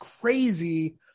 crazy